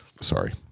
Sorry